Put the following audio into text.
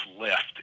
left